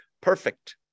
perfect